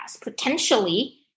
potentially